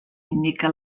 indica